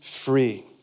Free